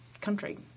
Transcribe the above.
country